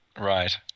Right